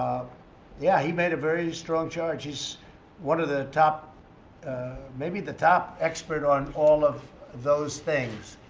yeah, he made a very strong charge. he's one of the top maybe the top expert on all of those things.